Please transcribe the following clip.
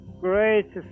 Great